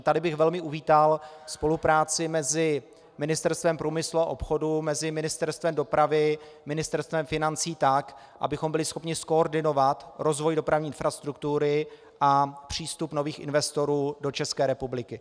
Tady bych velmi uvítal spolupráci mezi Ministerstvem průmyslu a obchodu, Ministerstvem dopravy a Ministerstvem financí tak, abychom byli schopni zkoordinovat rozvoj dopravní infrastruktury a přístup nových investorů do České republiky.